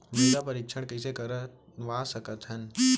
मृदा परीक्षण कइसे करवा सकत हन?